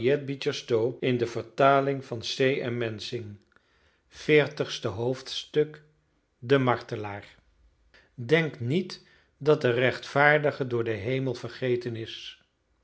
de martelaar denk niet dat de rechtvaardige door den hemel vergeten is